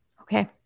Okay